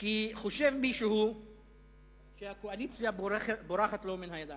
כי חושב מישהו שהקואליציה בורחת לו מהידיים.